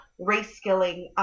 reskilling